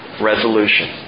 resolution